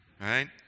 right